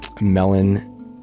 melon